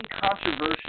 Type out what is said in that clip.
controversial